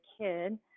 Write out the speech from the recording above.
kid